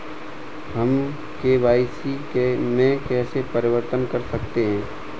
हम के.वाई.सी में कैसे परिवर्तन कर सकते हैं?